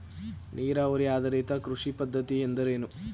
ನೀರಾವರಿ ಆಧಾರಿತ ಕೃಷಿ ಪದ್ಧತಿ ಎಂದರೇನು?